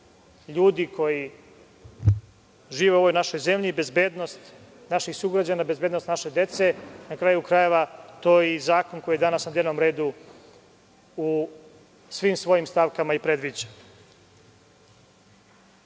ljudi koji žive u ovoj našoj zemlji, bezbednost naših sugrađana, bezbednost naše dece. Na kraju krajeva, to i zakon, koji je danas na dnevnom redu, u svim svojim stavkama i predviđa. Drugi